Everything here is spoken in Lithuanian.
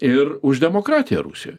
ir už demokratiją rusijoj